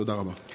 תודה רבה.